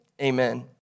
Amen